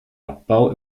abbau